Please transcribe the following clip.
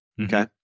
Okay